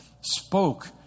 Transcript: spoke